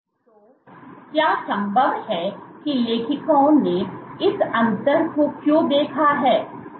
तो क्या संभव है कि लेखकों ने इस अंतर को क्यों देखा है